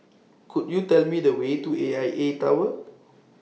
Could YOU Tell Me The Way to A I A Tower